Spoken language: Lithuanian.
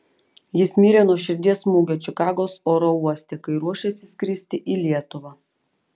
jis mirė nuo širdies smūgio čikagos oro uoste kai ruošėsi skristi į lietuvą